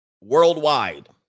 worldwide